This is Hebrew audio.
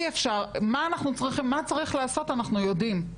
מה צריך לעשות אנחנו יודעים,